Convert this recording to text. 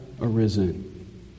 arisen